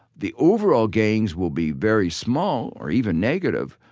the overall gains will be very small or even negative.